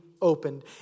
opened